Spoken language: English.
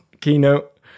keynote